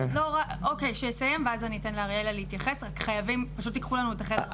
הדבר הזה הוא דוגמה אחת מתוך הרבה תחושות קשות שאנחנו חווים.